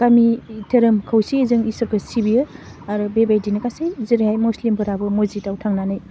गामि धोरोम खौसेयै जों इसोरखौ सिबियो आरो बेबायदिनो गासै जेरैहाय मुस्लिमफोराबो मसजिदआव थांनानै